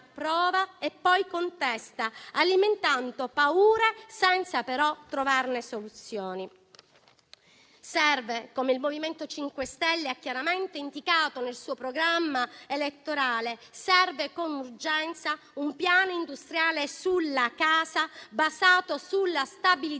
e poi contesta, alimentando paura senza però trovarvi soluzioni. Come il MoVimento 5 Stelle ha chiaramente indicato nel suo programma elettorale, serve con urgenza un piano industriale sulla casa, basato sulla stabilizzazione